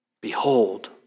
Behold